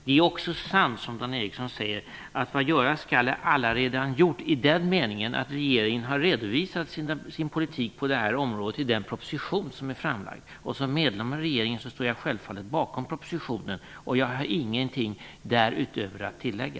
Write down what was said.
Det är också sant som Dan Ericsson säger, att vad göras skall är allaredan gjort, i den meningen att regeringen har redovisat sin politik på detta område i den proposition som är framlagd, och som medlem av regeringen står jag självfallet bakom propositionen. Jag har ingenting därutöver att tillägga.